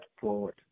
forward